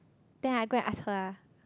then I go and ask her ah